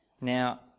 Now